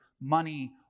money